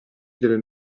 delle